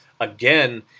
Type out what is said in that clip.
again